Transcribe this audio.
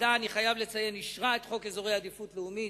אני חייב לציין שהוועדה אישרה את חוק אזורי עדיפות לאומית,